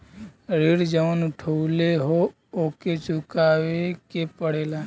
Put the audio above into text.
ऋण जउन उठउले हौ ओके चुकाए के पड़ेला